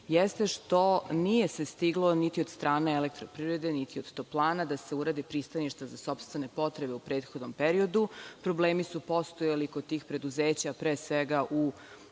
jeste što se nije stiglo niti od strane „Elektroprivrede“, niti od „Toplana“ da se urede pristaništa za sopstvene potrebe u prethodnom periodu. Problemi su postojali kod tih preduzeća pre svega u